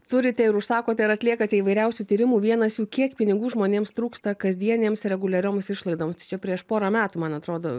turite ir užsakote ir atliekate įvairiausių tyrimų vienas jų kiek pinigų žmonėms trūksta kasdienėms reguliarioms išlaidoms tai čia prieš porą metų man atrodo